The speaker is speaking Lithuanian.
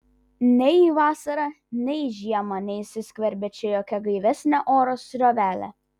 nei vasarą nei žiemą neįsiskverbia čia jokia gaivesnė oro srovelė